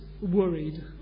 worried